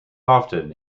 often